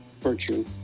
virtue